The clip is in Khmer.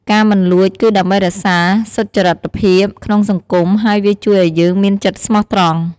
ការមិនលួច គឺដើម្បីរក្សាសុចរិតភាពក្នុងសង្គម ហើយវាជួយឲ្យយើងមានចិត្តស្មោះត្រង់។